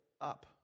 up